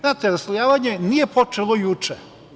Znate, raslojavanje nije počelo juče.